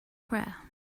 prayer